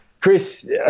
Chris